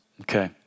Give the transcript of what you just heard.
Okay